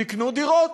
תקנו דירות,